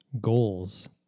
goals